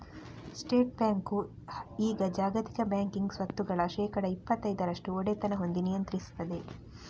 state bank ಈಗ ಜಾಗತಿಕ banking ಸ್ವತ್ತುಗಳ ಶೇಕಡಾ ಇಪ್ಪತೈದರಷ್ಟು ಒಡೆತನ ಹೊಂದಿ ನಿಯಂತ್ರಿಸ್ತದೆ